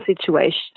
situation